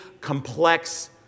complex